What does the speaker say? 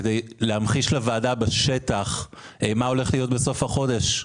כדי להמחיש לוועדה בשטח מה הולך להיות בסוף החודש: